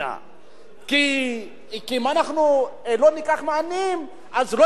כי אם אנחנו לא ניקח מהעניים לא יהיו לנו טנקים.